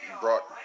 brought